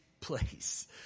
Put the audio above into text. place